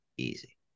Easy